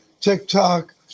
TikTok